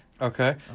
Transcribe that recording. Okay